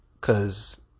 cause